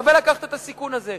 שווה לקחת את הסיכון הזה.